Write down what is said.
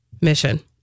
mission